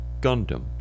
Gundam